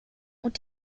und